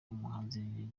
umuhanzi